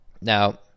Now